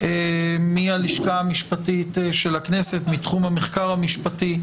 מהלשכה המשפטית של הכנסת, מתחום המחקר המשפטי.